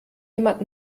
jemand